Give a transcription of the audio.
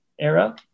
era